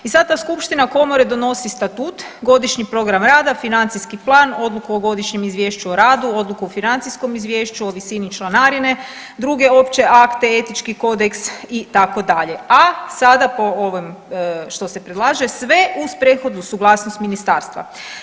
I sad ta skupština komore donosi statut, godišnji program rada, financijski plan, odluku o godišnjem izvješću o radu, odluku o financijskom izvješću, o visini članarine, druge opće akte, etički kodeks itd., a sada po ovom što se predlaže sve uz prethodnu suglasnost ministarstva.